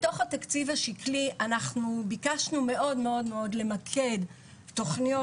בתוך התקציב השקלי אנחנו ביקשנו מאוד למקד תוכניות